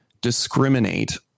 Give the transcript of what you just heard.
discriminate